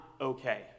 okay